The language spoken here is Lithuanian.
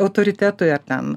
autoritetui ar ten